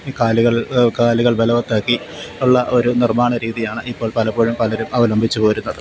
കാലുകൾ കാലുകൾ ബലവത്താക്കി ഉള്ള ഒരു നിർമ്മാണ രീതിയാണ് ഇപ്പോൾ പലപ്പോഴും പലരും അവലംബിച്ച് പോരുന്നത്